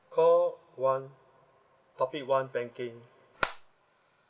call one topic one banking